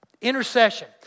intercession